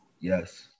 Yes